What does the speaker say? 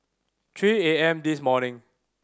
three A M this morning